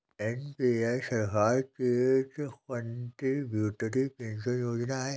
NPS सरकार की एक कंट्रीब्यूटरी पेंशन योजना है